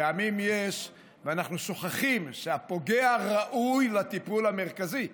יש פעמים שאנחנו שוכחים שהפוגע ראוי לטיפול המרכזי,